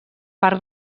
part